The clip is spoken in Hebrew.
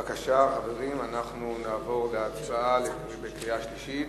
בבקשה, חברים, אנחנו נעבור להצבעה בקריאה שלישית.